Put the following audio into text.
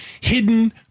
hidden